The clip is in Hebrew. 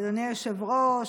אדוני היושב-ראש.